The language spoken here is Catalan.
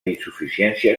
insuficiència